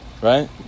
Right